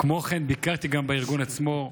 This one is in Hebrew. כמו כן, ביקרתי בארגון עצמו.